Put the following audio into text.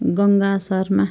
Ganga Sharma